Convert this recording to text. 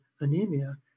anemia